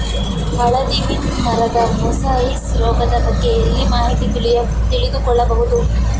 ಹಳದಿ ವೀನ್ ನರದ ಮೊಸಾಯಿಸ್ ರೋಗದ ಬಗ್ಗೆ ಎಲ್ಲಿ ಮಾಹಿತಿ ತಿಳಿದು ಕೊಳ್ಳಬಹುದು?